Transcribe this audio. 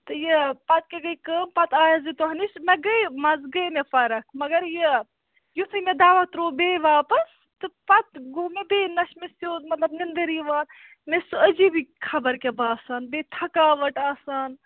تہٕ یہِ پَتہٕ کیاہ گٔے کٲم پَتہٕ آیَس بہٕ تۄہہِ نِش مےٚ گٔے مَنزٕ گٔے مےٚ فرق مگر یہِ یُتھُے مےٚ دَوا ترٛوو بیٚیہِ واپَس تہٕ پَتہٕ گوٚو مےٚ بیٚیہِ نہ چھُ مےٚ سیوٚد مطلب نِنٛدٕر یِوان مےٚ چھِ سُہ عجیٖبی خبر کیٛاہ باسان بیٚیہِ تھکاوَٹ آسان